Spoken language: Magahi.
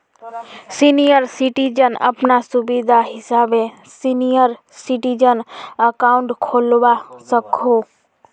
सीनियर सिटीजन अपना सुविधा हिसाबे सीनियर सिटीजन अकाउंट खोलवा सकोह